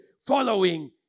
following